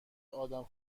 آدم